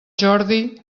jordi